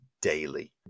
daily